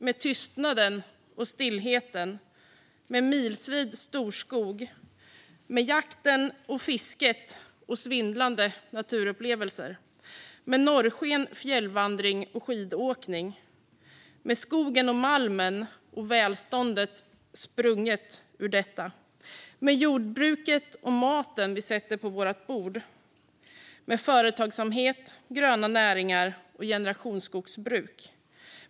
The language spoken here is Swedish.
Med tystnaden och stillheten. Med milsvid storskog. Med jakten och fisket och svindlande naturupplevelser. Med norrsken, fjällvandring och skidåkning. Med skogen och malmen och välståndet sprunget ur detta. Med jordbruket och maten vi sätter på våra bord. Med företagsamhet, gröna näringar och generationsskogsbruk.